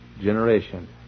generation